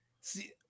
See